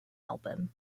album